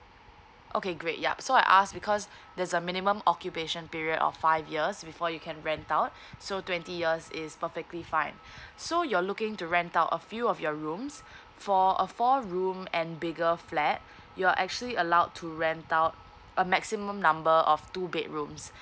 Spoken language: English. okay great yup so I ask because there's a minimum occupation period of five years before you can rent out so twenty years is perfectly fine so you're looking to rent out a few of your rooms for a four room and bigger flat you are actually allowed to rent out a maximum number of two bedrooms